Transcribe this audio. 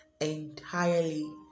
entirely